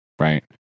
right